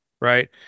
right